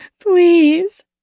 please